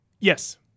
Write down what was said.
Yes